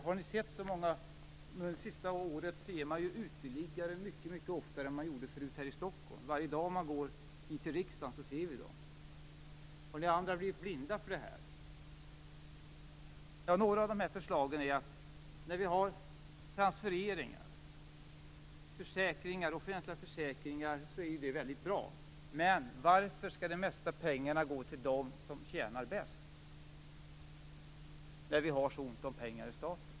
Under det senaste året har man ju sett uteliggare mycket oftare än man gjorde förut här i Stockholm. Varje dag när vi går hit till riksdagen ser vi dem. Har ni andra blivit blinda för detta? Låt mig ta upp några av våra förslag. Transfereringar, offentliga försäkringar, är ju väldigt bra, men varför skall mest pengar gå till dem som tjänar bäst när vi har så ont om pengar i staten?